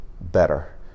better